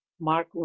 Mark